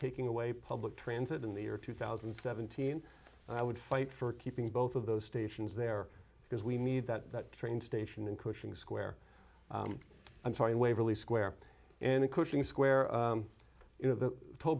taking away public transit in the year two thousand and seventeen i would fight for keeping both of those stations there because we need that train station in cushing square i'm sorry waverly square and cushing square you know the